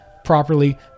properly